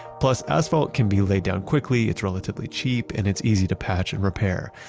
plus, asphalt can be laid down quickly, it's relatively cheap, and it's easy to patch and repair.